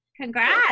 Congrats